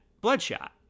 Bloodshot